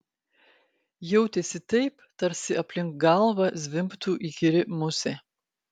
jautėsi taip tarsi aplink galvą zvimbtų įkyri musė